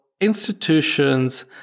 institutions